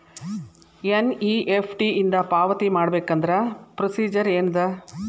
NEFT ಇಂದ ಪಾವತಿ ಮಾಡಬೇಕಂದ್ರ ಪ್ರೊಸೇಜರ್ ಏನದ